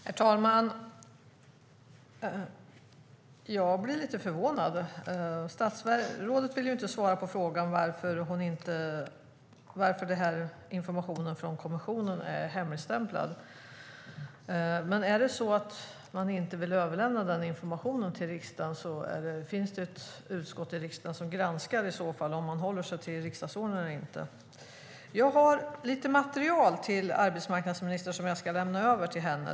Herr talman! Jag blir lite förvånad. Statsrådet vill inte svara på frågan om varför informationen från kommissionen är hemligstämplad. Men om man inte vill överlämna den informationen till riksdagen finns det ett utskott i riksdagen som i så fall granskar om man håller sig till riksdagsordningen eller inte. Jag har lite material till arbetsmarknadsministern som jag ska lämna över till henne.